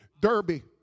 Derby